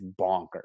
bonkers